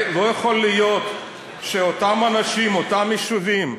לא יכול להיות שאותם אנשים, אותם יישובים,